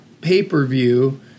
pay-per-view